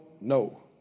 no